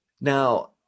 Now